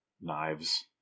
knives